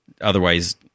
otherwise